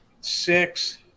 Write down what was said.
six